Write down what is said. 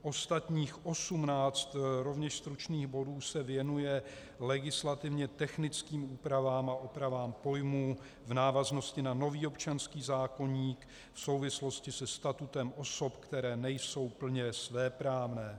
Ostatních 18 rovněž stručných bodů se věnuje legislativně technickým úpravám a opravám pojmů v návaznosti na nový občanský zákoník v souvislosti se statutem osob, které nejsou plně svéprávné.